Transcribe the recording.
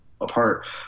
apart